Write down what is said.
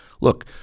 look